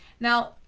now,